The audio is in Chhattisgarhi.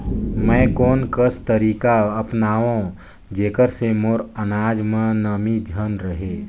मैं कोन कस तरीका अपनाओं जेकर से मोर अनाज म नमी झन रहे?